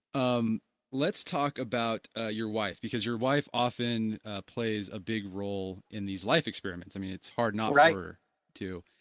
um let's talk about ah your wife, because your wife often plays a big role in these life experiments, i mean, it's hard not for her too.